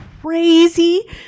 crazy